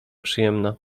przyjemna